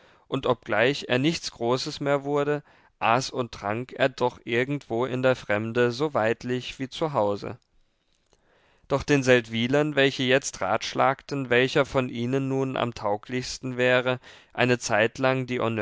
und obgleich er nichts großes mehr wurde aß und trank er doch irgendwo in der fremde so weidlich wie zu hause doch den seldwylern welche jetzt ratschlagten welcher von ihnen nun am tauglichsten wäre eine zeitlang die